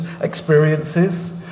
experiences